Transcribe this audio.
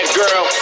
girl